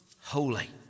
holy